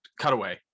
cutaway